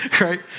Right